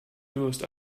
durst